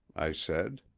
i said.